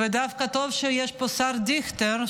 ודווקא טוב שנמצא פה השר דיכטר,